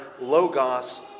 Logos